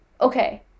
okay